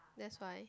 that's why